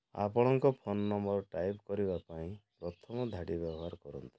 ଆପଣଙ୍କ phone number type କରିବାପାଇଁ ପ୍ରଥମ ଧାଡ଼ି ବ୍ୟବହାର କରନ୍ତୁ